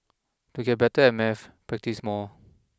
to get better at maths practise more